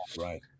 right